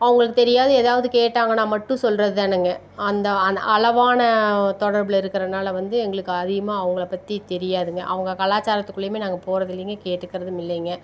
அவங்களுக்கு தெரியாத ஏதாவது கேட்டாங்கன்னா மட்டும் சொல்கிறது தான்ங்க அந்த அந்த அளவான தொடர்பில் இருக்கறதுனால வந்து எங்களுக்கு அதிகமாக அவங்கள பற்றி தெரியாதுங்க அவங்க கலாச்சாரத்துக்குள்ளேயுமே நாங்கள் போகிறது இல்லைங்க கேட்டுக்கிறதும் இல்லைங்க